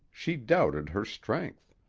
she doubted her strength.